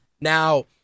Now